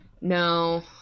No